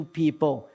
people